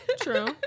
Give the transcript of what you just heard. True